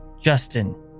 Justin